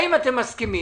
האם אתם מסכימים